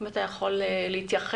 אם אתה יכול להתייחס.